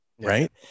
Right